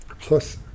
Plus